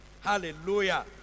Hallelujah